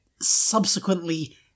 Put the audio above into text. Subsequently